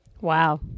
Wow